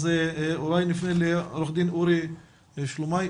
אז אולי נפנה לעו"ד אורי שלומאי.